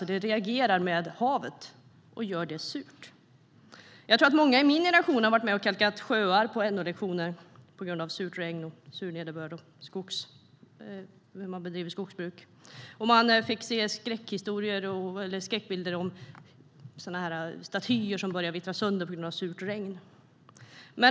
Det reagerar med havet och gör det surt. Jag tror att många i min generation har varit med och kalkat sjöar på NO-lektioner på grund av surt regn, sur nederbörd och hur man bedriver skogsbruk. Man fick se skräckbilder om statyer som började vittra sönder på grund av surt regn.